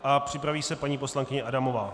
A připraví se paní poslankyně Adamová.